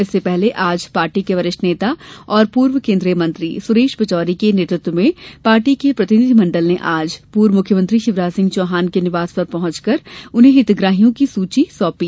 इससे पहले आज पार्टी के वरिष्ठ नेता और पूर्व केन्द्रीय मंत्री सुरेश पचौरी के नेतृत्व में पार्टी के प्रतिनिधि मंडल ने आज पूर्व मुख्यमंत्री शिवराज सिंह चौहान के निवास पर पहॅचकर उन्हें हितग्राहियों की सूची सौंपी